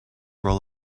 role